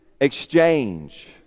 exchange